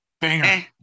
Banger